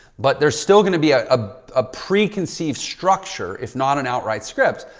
but there's still going to be a ah ah preconceived structure if not an outright script,